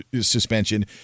suspension